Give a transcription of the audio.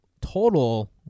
total